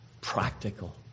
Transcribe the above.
practical